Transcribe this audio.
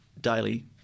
daily